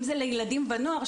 אם זה לילדים ונוער,